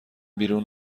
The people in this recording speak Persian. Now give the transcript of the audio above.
بیرون